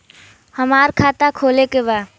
हमार खाता खोले के बा?